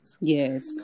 Yes